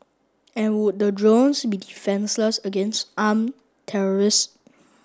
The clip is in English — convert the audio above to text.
and would the drones be defenceless against armed terrorists